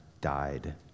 died